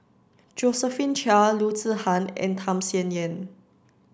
Josephine Chia Loo Zihan and Tham Sien Yen